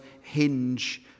hinge